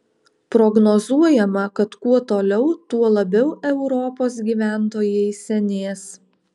prognozuojama kad kuo toliau tuo labiau europos gyventojai senės